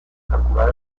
calcular